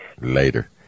Later